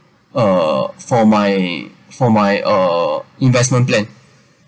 uh for my for my uh investment plan